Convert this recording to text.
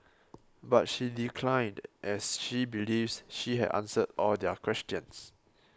but she declined as she believes she had answered all their questions